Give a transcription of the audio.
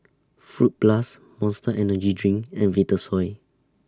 Fruit Plus Monster Energy Drink and Vitasoy